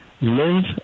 live